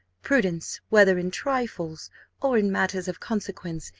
prudence, whether in trifles or in matters of consequence,